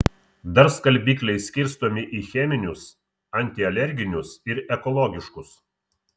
dar skalbikliai skirstomi į cheminius antialerginius ir ekologiškus